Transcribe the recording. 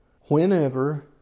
Whenever